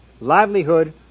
livelihood